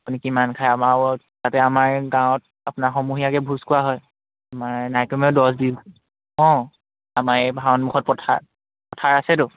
আপুনি কিমান খায় আমাৰ যাতে আমাৰ গাঁৱত আপোনাৰ সমূহীয়াকে ভোজ খোৱা হয় আমাৰ নাইকমেও অঁ আমাৰ এই ভাওনমুখত পথাৰ পথাৰ আছেতো